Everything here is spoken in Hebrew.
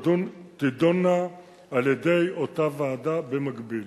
תידונה על-ידי אותה ועדה במקביל.